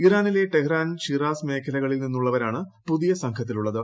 ഇറാനിലെ Tehran Shiraz മേഖലകളിൽ നിന്നുള്ളവരാണ് പുതിയ സംഘത്തിലുള്ളത്